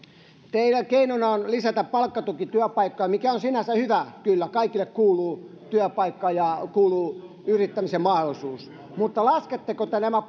teidän keinonanne on lisätä palkkatukityöpaikkoja mikä on sinänsä hyvä kyllä kaikille kuuluu työpaikka ja kuuluu yrittämisen mahdollisuus mutta lasketteko te nämä